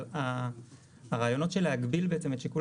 אבל הרעיונות של להגביל בעצם את שיקול